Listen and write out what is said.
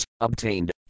obtained